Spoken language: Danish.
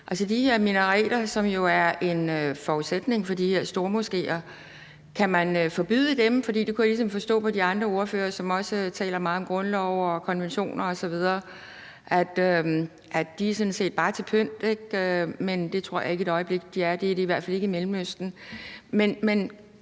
De her minareter, som jo er en forudsætning for de her stormoskéer – kan man forbyde dem? For der kunne jeg ligesom forstå på de andre ordførere, som også taler meget om grundlov og konventioner osv., at de sådan set bare er til pynt. Men det tror jeg ikke et øjeblik de er – det er de i hvert fald ikke i Mellemøsten.